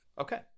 okay